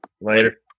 Later